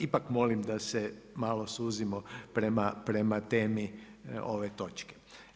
Ipak molim da se malo suzimo prema temi ove točke.